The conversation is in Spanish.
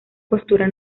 postura